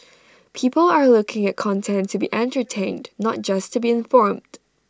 people are looking at content to be entertained not just to be informed